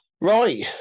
right